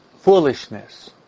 foolishness